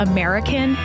American